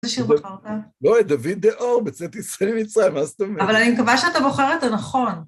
איזה שיר בוחרת? לא, דוד דה אור, בצאת ישראל ממצרים, מה זאת אומרת? אבל אני מקווה שאתה בוחר את הנכון.